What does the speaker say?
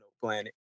planet